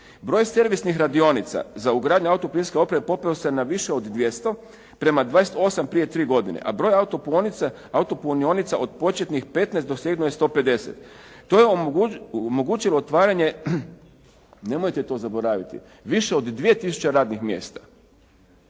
Broj servisnih radionica za ugradnju auto plinske opreme popeo se na više od 200 prema 28 prije 3 godine, a broj auto punionica od početnih 15 dosegnuo je 150. To je omogućilo otvaranje, nemojte to zaboraviti, više od 2000 radnih mjesta.